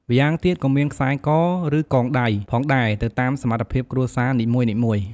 ម្យ៉ាងទៀតក៏មាន ខ្សែក ឬ កងដៃ ផងដែរទៅតាមសមត្ថភាពគ្រួសារនីមួយៗ។